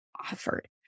offered